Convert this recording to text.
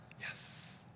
Yes